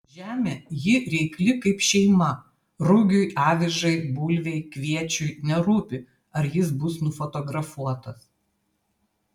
žemė ji reikli kaip šeima rugiui avižai bulvei kviečiui nerūpi ar jis bus nufotografuotas